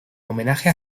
homenaje